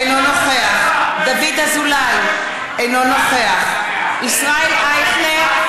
אינו נוכח דוד אזולאי, אינו נוכח ישראל אייכלר,